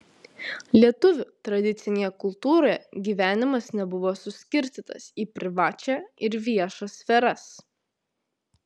lietuvių tradicinėje kultūroje gyvenimas nebuvo suskirstytas į privačią ir viešą sferas